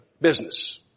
business